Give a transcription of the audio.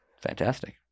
Fantastic